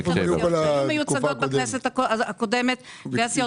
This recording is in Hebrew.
יש לנו סיעות שהיו מיוצגות בכנסת הקודמת וסיעות